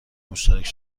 مشترک